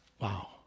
Wow